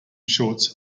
shorts